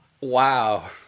wow